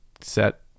set